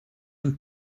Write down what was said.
and